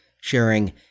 Sharing